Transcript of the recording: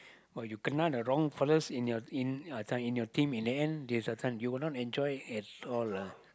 !wow! you kena the wrong fellas in your in uh this one your team in the end uh this one you will not enjoy at all lah